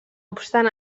obstant